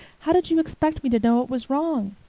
how did you expect me to know it was wrong?